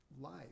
life